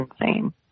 insane